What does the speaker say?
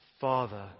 Father